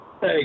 Hey